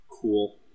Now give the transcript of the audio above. cool